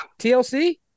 TLC